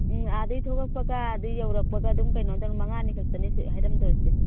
ꯎꯝ ꯑꯥꯗꯩ ꯊꯣꯛꯂꯛꯄꯒ ꯑꯥꯗꯩ ꯌꯧꯔꯛꯄꯒ ꯑꯗꯨꯝ ꯀꯩꯅꯣꯗꯪ ꯃꯉꯥꯅꯤ ꯈꯛꯇꯅꯦ ꯁꯤ ꯍꯥꯏꯔꯝꯗꯣꯏꯁꯦ